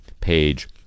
page